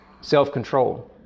self-control